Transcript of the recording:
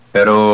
Pero